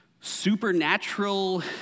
supernatural